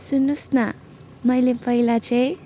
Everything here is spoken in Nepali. सुन्नु होस् न मैले पहिला चाहिँ